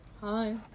Hi